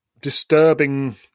disturbing